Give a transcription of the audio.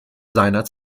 seiner